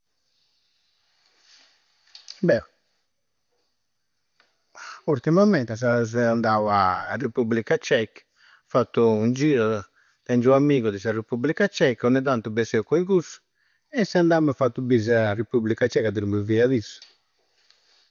Bhe! Urtimammente se. Seu andau a a Reppubblica Cieca, fattu un giru. Tengiu u ammigu de saReppubblica Cieca, ogna tantu besseu cui cussu. E seu andau a mi a fattu bi sa Repubblica Cieca de innui bivia issu.